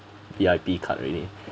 V_I_P card already